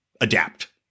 adapt